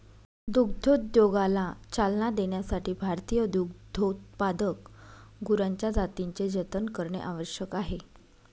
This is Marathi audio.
दुग्धोद्योगाला चालना देण्यासाठी भारतीय दुग्धोत्पादक गुरांच्या जातींचे जतन करणे आवश्यक आहे